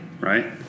Right